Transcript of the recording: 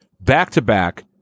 back-to-back